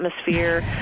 atmosphere